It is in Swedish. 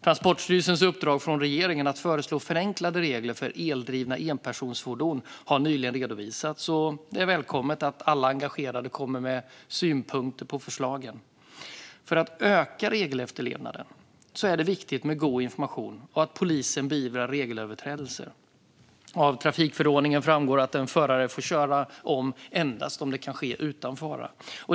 Transportstyrelsens uppdrag från regeringen att föreslå förenklade regler för eldrivna enpersonsfordon har nyligen redovisats, och det är välkommet att alla engagerade kommer med synpunkter på förslagen. För att öka regelefterlevnaden är det viktigt med god information och att polisen beivrar regelöverträdelser. Av trafikförordningen framgår att en förare får köra om endast om det kan ske utan fara.